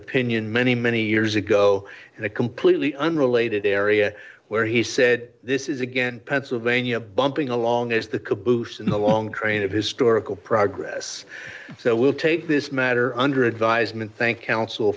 opinion many many years ago and a completely unrelated area where he said this is again pennsylvania bumping along is the caboose in the long train of historical progress so we'll take this matter under advisement thank coun